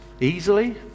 easily